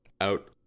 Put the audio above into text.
out